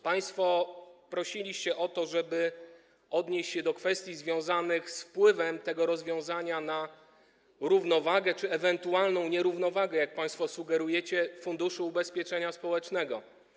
Państwo prosiliście o to, żeby odnieść się do kwestii związanych z wpływem tego rozwiązania na równowagę czy ewentualną nierównowagę, jak państwo sugerujecie, w Funduszu Ubezpieczeń Społecznych.